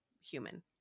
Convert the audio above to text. human